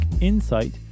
Insight